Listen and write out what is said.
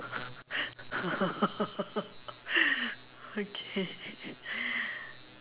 okay